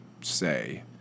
say